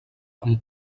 amb